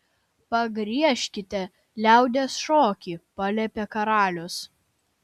pagriežkite liaudies šokį paliepė karalius